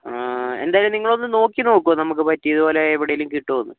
എന്തായാലും നിങ്ങൾ ഒന്ന് നോക്കി നോക്കൂ നമുക്ക് പറ്റിയത് പോലെ എവിടെയെങ്കിലും കിട്ടുമോ എന്ന്